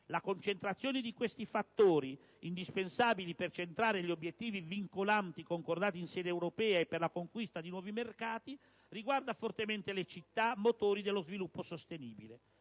La concentrazione di questi fattori - indispensabili per centrare gli obiettivi vincolanti concordati in sede europea, e per la conquista di nuovi mercati - riguarda fortemente le città, motori dello sviluppo sostenibile.